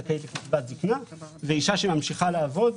זכאית לקצבת זקנה ואישה שממשיכה לעבוד,